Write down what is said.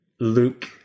Luke